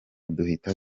duhita